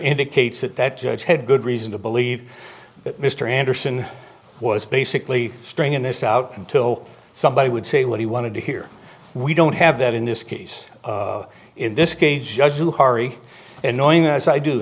indicates that that judge had good reason to believe that mr anderson was basically stringing this out until somebody would say what he wanted to hear we don't have that in this case in this case just to hari and knowing as i do